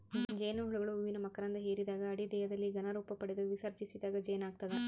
ಜೇನುಹುಳುಗಳು ಹೂವಿನ ಮಕರಂಧ ಹಿರಿದಾಗ ಅಡಿ ದೇಹದಲ್ಲಿ ಘನ ರೂಪಪಡೆದು ವಿಸರ್ಜಿಸಿದಾಗ ಜೇನಾಗ್ತದ